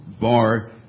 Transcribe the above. bar